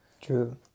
True